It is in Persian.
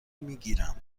میگیرم